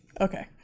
okay